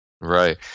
Right